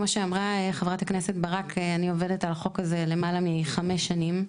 כמו שאמרה חברת הכנסת ברק: אני עובדת על החוק הזה למעלה מחמש שנים.